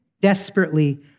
desperately